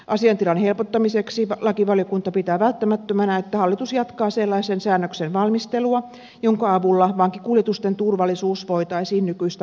asiaintilan helpottamiseksi lakivaliokunta pitää välttämättömänä että hallitus jatkaa sellaisen säännöksen valmistelua jonka avulla vankikuljetusten turvallisuus voitaisiin nykyistä paremmin taata